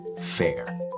FAIR